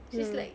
she's like